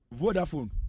Vodafone